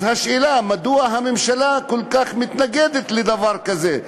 אז השאלה היא מדוע הממשלה כל כך מתנגדת לדבר כזה.